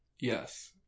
Yes